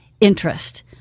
interest